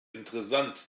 interessant